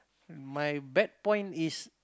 my bad point is